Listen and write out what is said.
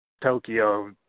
Tokyo